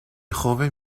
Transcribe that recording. joven